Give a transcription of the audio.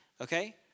okay